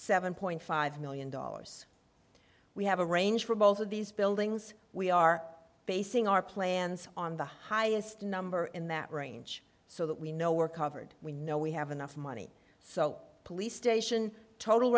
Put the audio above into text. seven point five million dollars we have a range for both of these buildings we are basing our plans on the highest number in that range so that we know we're covered we know we have enough money so police station total